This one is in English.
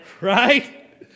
right